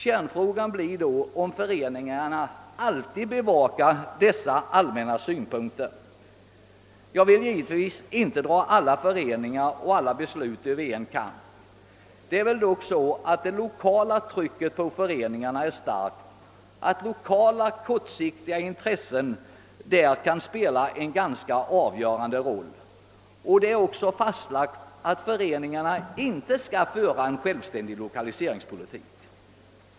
Kärnfrågan blir då om företagareföreningarna alltid bevakar dessa allmänna synpunkter. Jag vill givetvis inte dra alla föreningar och alla beslut över en kam, men det lokala trycket på föreningarna är dock starkt, och kortsiktiga lokala intressen kan spela en ganska avgörande roll. Det är också fastslaget att företagareföreningarna inte skall föra en självständig lokaliseringspolitik.